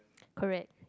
correct